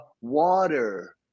water